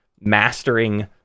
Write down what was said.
mastering